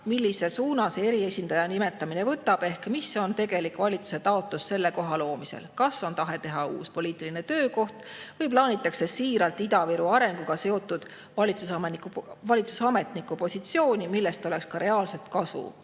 millise suuna see eriesindaja nimetamine võtab ehk mis on valitsuse tegelik taotlus selle koha loomisel – kas on tahe teha uus poliitiline töökoht või plaanitakse siiralt Ida-Viru arenguga seotud valitsusametniku positsiooni, millest oleks ka reaalset kasu.